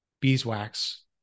beeswax